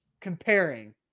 comparing